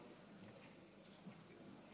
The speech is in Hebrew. שהוא מפיץ מחלות ושהוא לא שומר ולא